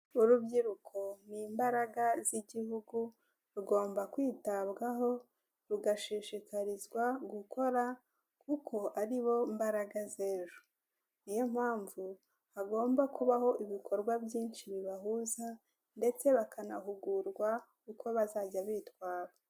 Urubyiruko ni imbaraga z'Igihugu rugomba kwitabwaho rugashishikarizwa gukora kuko ari bo mbaraga z'ejo, niyo mpamvu hagomba kubaho ibikorwa byinshi bibahuza ndetse bakanahugurwa uko bazajya bitwara.